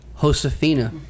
Josefina